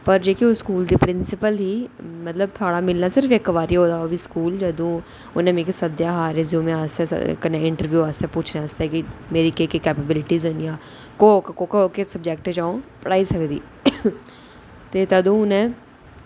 पर जेह्की उस स्कूल दी प्रींसिपल ही मतलब साढ़ा मिलना सिर्फ इक बारी होएदा ओह् बी स्कूल जदूं उ'नें मिगी सद्देआ हा रिज्यूम आस्तै कन्नै इंटरव्यू आस्तै पुच्छने आस्तै कि मेरी केह् केह् कैपविलिटियां न ते कोह्के कोह्के सब्जैक्ट च अ'ऊं पढ़ाई सकनी ते तदूं उ'नें